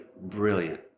Brilliant